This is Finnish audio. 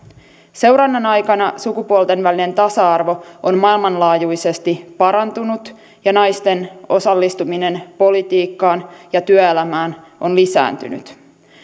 seurannan aikana sukupuolten välinen tasa arvo on maailmanlaajuisesti parantunut ja naisten osallistuminen politiikkaan ja työelämään on lisääntynyt